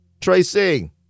Tracy